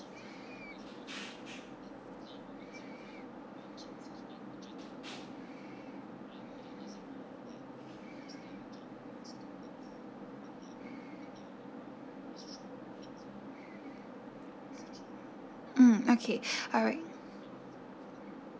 mm okay alright